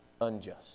Unjust